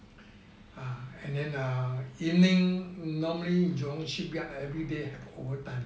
ah and then err evening normally jurong shipyard every day have over time